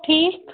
ٹھیٖک